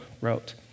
wrote